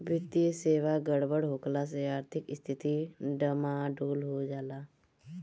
वित्तीय सेवा गड़बड़ होखला से आर्थिक स्थिती डमाडोल हो जाला